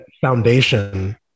foundation